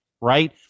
Right